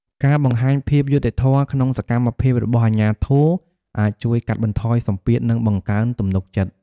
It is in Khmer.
ការបង្ហាញភាពយុត្តិធម៌ក្នុងសកម្មភាពរបស់អាជ្ញាធរ អាចជួយកាត់បន្ថយសម្ពាធនិងបង្កើនទំនុកចិត្ត។